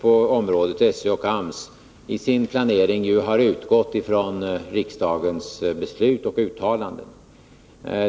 på området, SÖ och AMS, i sin planering har utgått ifrån riksdagens beslut och uttalanden.